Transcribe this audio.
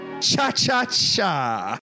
Cha-cha-cha